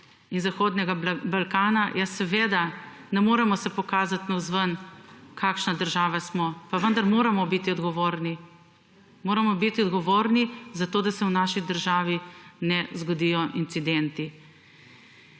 in Zahodnega Balkana, ja seveda, ne moremo se pokazati navzven kakšna država smo, pa vendar moramo biti odgovorni. Moramo biti odgovorni za to, da se v naši državi ne zgodijo incidenti.